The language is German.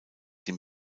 den